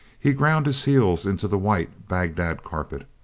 he ground his heels into the white bagdad carpet.